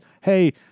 hey